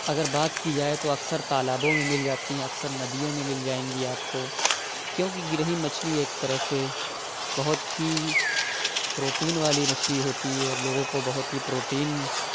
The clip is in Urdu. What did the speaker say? اگر بات کی جائے تو اکثر تالابوں میں مل جاتی ہیں اکثر ندیوں میں مل جائیں گی آپ کو کیوں کہ گرہی مچھلی ایک طرح سے بہت ہی پروٹین والی مچھلی ہوتی ہے لوگوں کو بہت ہی پروٹین